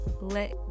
Let